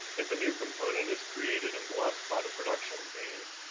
if a new component is created and blessed by the production team,